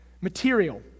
material